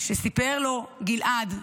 שסיפר לו גלעד,